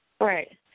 Right